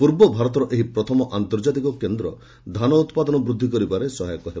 ପୂର୍ବ ଭାରତର ଏହି ପ୍ରଥମ ଆନ୍ତର୍ଜାତିକ କେନ୍ଦ୍ର ଧାନ ଉତ୍ପାଦନ ବୃଦ୍ଧି କରିବାରେ ସହାୟକ ହେବ